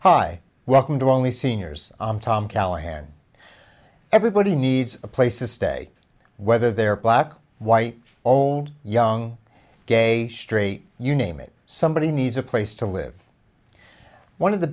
hi welcome to only seniors i'm tom callahan everybody needs a place to stay whether they're black white old young gay straight you name it somebody needs a place to live one of the